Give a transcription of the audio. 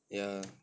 ya